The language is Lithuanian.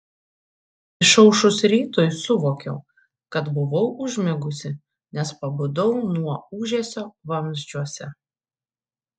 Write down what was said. išaušus rytui suvokiau kad buvau užmigusi nes pabudau nuo ūžesio vamzdžiuose